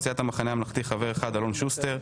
סיעת המחנה הממלכתי חבר אחד: אלון שוסטר.